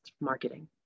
marketing